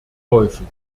häufen